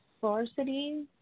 varsity